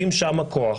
אם שם הכוח